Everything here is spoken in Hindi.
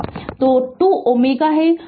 तो 2 Ω तो और यह एक हेनरी प्रेरक है